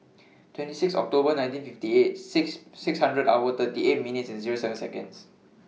twenty six October nineteen fifty eight six six hundred hour thirty eight minutes and Zero seven Seconds